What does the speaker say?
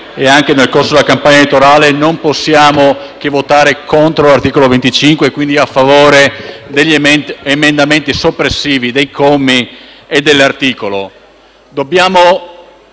e anche nel corso della campagna elettorale, non possiamo che votare contro l’articolo 25 e quindi a favore degli emendamenti soppressivi dei singoli commi e dell’articolo.